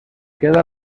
queda